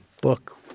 book